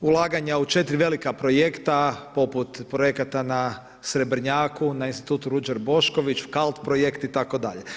Ulaganja u 4 velika projekte poput projekata na Srebrenjaku, na Institutu Ruđer Bošković, KALT projekt itd.